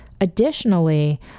Additionally